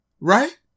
right